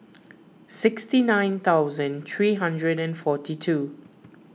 sixty nine thousand three hundred and forty two